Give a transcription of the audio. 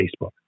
Facebook